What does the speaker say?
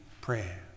prayer